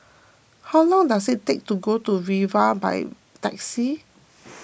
how long does it take to get to Viva by taxi